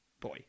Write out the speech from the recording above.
Boy